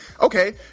okay